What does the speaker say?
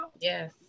Yes